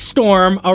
Storm